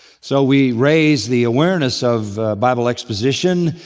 so we raise the awareness of bible exposition,